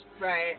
Right